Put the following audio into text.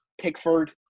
Pickford